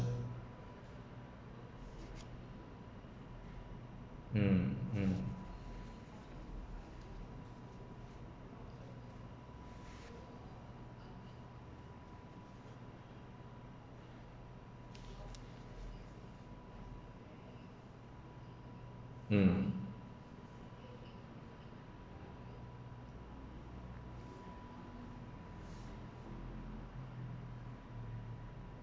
mm um